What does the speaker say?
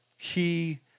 key